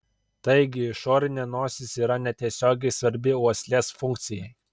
taigi išorinė nosis yra netiesiogiai svarbi uoslės funkcijai